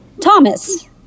Thomas